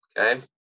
Okay